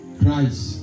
Christ